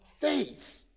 faith